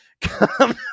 Come